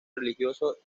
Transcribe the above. religioso